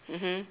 mmhmm